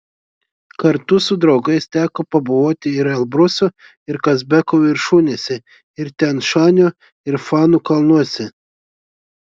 kartu su draugais teko pabuvoti ir elbruso ir kazbeko viršūnėse ir tian šanio ir fanų kalnuose